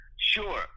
Sure